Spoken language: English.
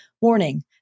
Warning